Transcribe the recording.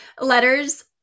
letters